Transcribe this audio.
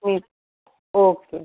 હમ okay